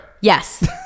Yes